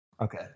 Okay